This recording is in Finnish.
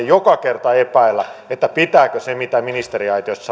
joka kerta epäillä pitääkö se mitä ministeriaitiossa